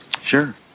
Sure